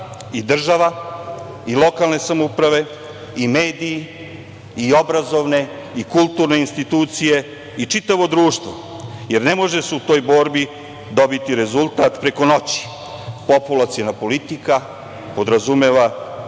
i država i lokalne samouprave i mediji i obrazovne i kulturne institucije i čitavo društvo, jer ne može se u toj borbi dobiti rezultat preko noći. Populaciona politika podrazumeva